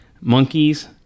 monkeys